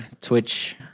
Twitch